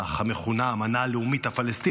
המכונה "האמנה הלאומית הפלסטינית",